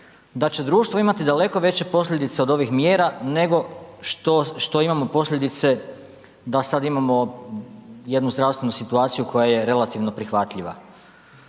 da će društvo imati daleko veće posljedice od ovih mjera nego što, što imamo posljedice da sad imamo jednu zdravstvenu situaciju koja je relativno prihvatljiva.